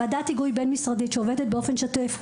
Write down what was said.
ועדת היגוי בין-משרדית שעובדת באופן שוטף,